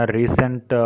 recent